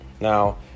Now